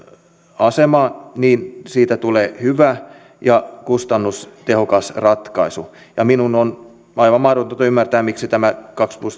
aseman niin siitä tulee hyvä ja kustannustehokas ratkaisu minun on aivan mahdotonta ymmärtää miksi tätä